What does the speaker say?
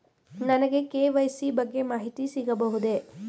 ನನಗೆ ಕೆ.ವೈ.ಸಿ ಬಗ್ಗೆ ಮಾಹಿತಿ ಸಿಗಬಹುದೇ?